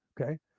Okay